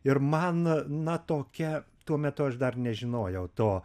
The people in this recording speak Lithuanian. ir man na tokia tuo metu aš dar nežinojau to